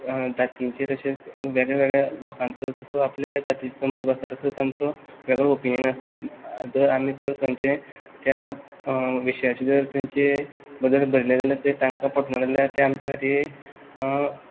जातींचेर अशेंच वेगळ्या वेगळ्या लोकांचो जसो आपल्या जातीचो मोग आसा तसो तांचो वेगळो ओपिनियन आसता जर आमी तर खंयंचे त्या विशयाची जर तांचे बद्दल बरयलें जाल्या तें तांकां पटना जाल्या तें आमच्या खातीर